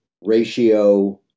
ratio